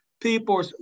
people